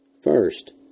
first